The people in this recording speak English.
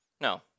No